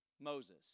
Moses